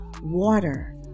water